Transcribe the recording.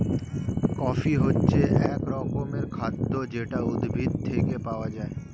coffee হচ্ছে এক রকমের খাদ্য যেটা উদ্ভিদ থেকে পাওয়া যায়